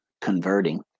converting